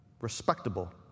respectable